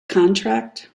contract